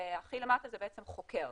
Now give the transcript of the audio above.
והכי למטה זה חוקר,